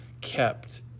kept